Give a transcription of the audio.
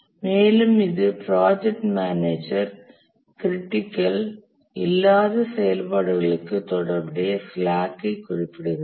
மேலும் இது project manager critical இல்லாத செயல்பாடுகளுக்கு தொடர்புடைய ஸ்லாக் ஐ குறிப்பிடுகிறது